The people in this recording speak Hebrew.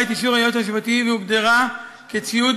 את אישור היועץ המשפטי והוגדרה כציוד